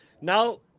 Now